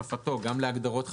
הוספתו גם להגדרות חדשות,